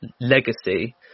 legacy